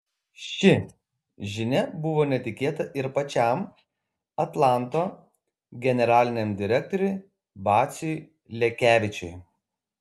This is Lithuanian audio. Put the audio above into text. ši žinia buvo netikėta ir pačiam atlanto generaliniam direktoriui vaciui lekevičiui